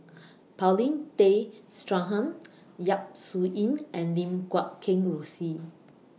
Paulin Tay Straughan Yap Su Yin and Lim Guat Kheng Rosie